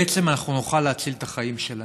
בעצם, אנחנו נוכל להציל את החיים שלהם.